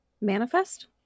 Manifest